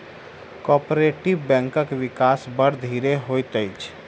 cooperative बैंकक विकास बड़ धीरे होइत अछि